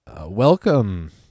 welcome